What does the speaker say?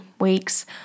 weeks